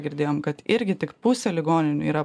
girdėjom kad irgi tik pusė ligoninių yra